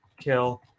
Kill